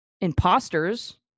imposters